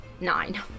nine